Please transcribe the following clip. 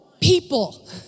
people